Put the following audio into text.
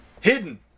hidden